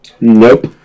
Nope